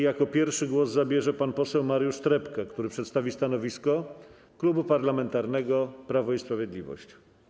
Jako pierwszy głos zabierze pan poseł Mariusz Trepka, który przedstawi stanowisko Klubu Parlamentarnego Prawo i Sprawiedliwość.